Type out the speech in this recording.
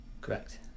Correct